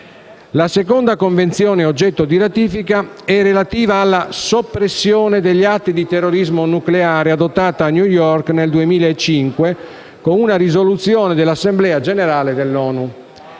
La seconda Convenzione oggetto di ratifica è relativa alla soppressione degli atti di terrorismo nucleare, adottata a New York nel 2005, con una risoluzione dell'Assemblea generale dell'ONU.